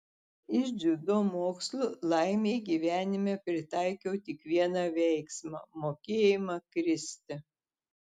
iš dziudo mokslų laimei gyvenime pritaikiau tik vieną veiksmą mokėjimą kristi